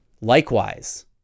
Likewise